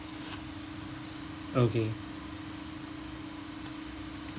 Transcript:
okay